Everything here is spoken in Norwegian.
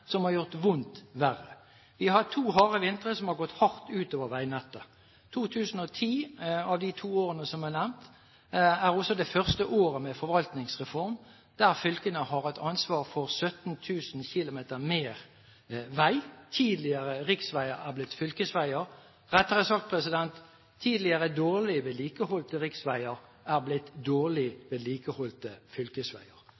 som har gjort vondt verre. Vi har hatt to harde vintre som har gått hardt ut over veinettet. 2010 – av de to årene som er nevnt – er også det første året med forvaltningsreform, der fylkene har hatt ansvar for 17 000 km mer vei. Tidligere riksveier er blitt fylkesveier – rettere sagt: Tidligere dårlig vedlikeholdte riksveier er blitt